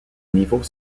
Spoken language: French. niveaux